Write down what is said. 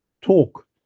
talk